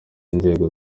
inzego